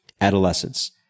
adolescence